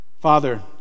Father